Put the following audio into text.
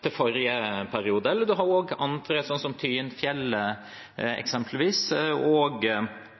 til forrige periode. Det har også vært andre, som Tyin-Filefjell, eksempelvis, og